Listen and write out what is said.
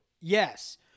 Yes